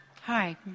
Hi